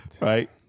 Right